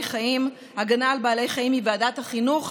חיים (הגנה על בעלי חיים) היא ועדת החינוך,